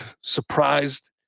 surprised